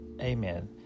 Amen